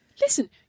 Listen